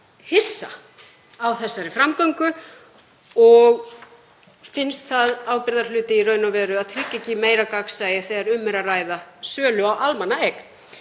hissa á þessari framgöngu og finnst það ábyrgðarhluti að tryggja ekki meira gagnsæi þegar um er að ræða sölu á almannaeign.